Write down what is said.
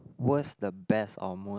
was the best or most